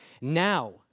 Now